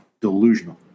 delusional